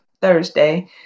Thursday